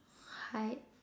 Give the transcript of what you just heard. height